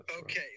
Okay